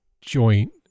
joint